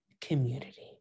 community